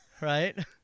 right